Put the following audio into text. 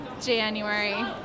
January